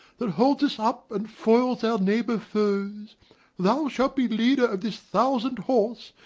that holds us up and foils our neighbour foes thou shalt be leader of this thousand horse,